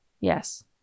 Yes